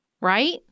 right